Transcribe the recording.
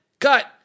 cut